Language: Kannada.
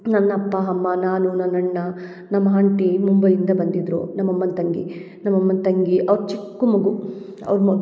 ನನ್ನ ಅಪ್ಪ ಅಮ್ಮ ನಾನು ನನ್ನ ಅಣ್ಣ ನಮ್ಮ ಆಂಟಿ ಮುಂಬೈಯಿಂದ ಬಂದಿದ್ದರು ನಮ್ಮ ಅಮ್ಮನ ತಂಗಿ ನಮ್ಮ ಅಮ್ಮನ ತಂಗಿ ಅವ್ರ ಚಿಕ್ಕ ಮಗು ಅವ್ರ ಮಗು